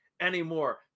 anymore